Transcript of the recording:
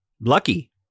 lucky